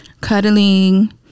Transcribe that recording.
Cuddling